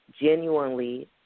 genuinely